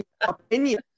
opinion